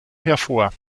hervor